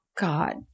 God